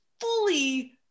fully